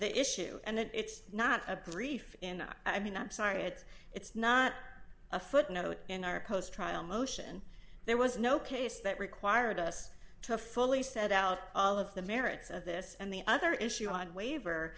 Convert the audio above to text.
the issue and that it's not a brief i mean i'm sorry it's it's not a footnote in our post trial motion there was no case that required us to fully set out all of the merits of this and the other issue